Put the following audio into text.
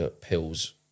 pills